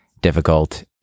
difficult